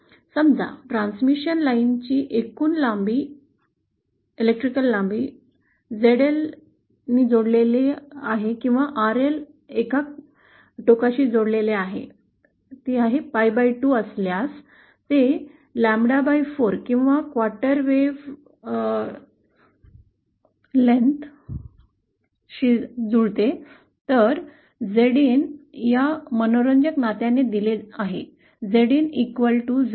समजा ट्रान्समिशन लाईनची एकूण विद्युत लांबी ZL जोडलेली आहे किंवा RL एका टोकाशी जोडलेले आहे 𝜫 2 असल्यास हे ƛ4 किंवा चतुर्थांश तरंगलांबीवरील ƛच्या तरंगलांबीशी जुळते तर ZIn या मनोरंजक नात्याने दिले आहे ZIn ZL2 RL